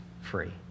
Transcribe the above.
Free